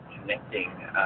connecting